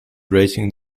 rating